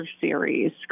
series